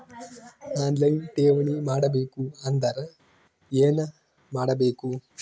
On line ಠೇವಣಿ ಮಾಡಬೇಕು ಅಂದರ ಏನ ಮಾಡಬೇಕು?